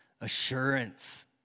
Assurance